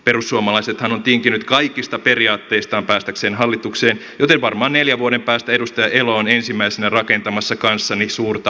perussuomalaisethan on tinkinyt kaikista periaatteistaan päästäkseen hallitukseen joten varmaan neljän vuoden päästä edustaja elo on ensimmäisenä rakentamassa kanssani suurta moskeijaa vantaalle